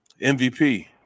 MVP